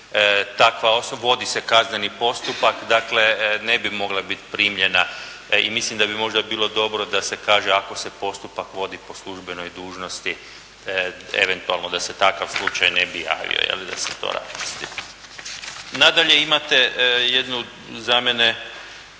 tužitelj, vodi se kazneni postupak, dakle ne bi mogla biti primljena. I mislim da bi možda bilo dobro da se kaže ako se postupak vodi po službenoj dužnosti, eventualno da se takav slučaj ne bi javio, da se to radi. Nadalje, imate jednu za mene